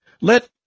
Let